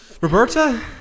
roberta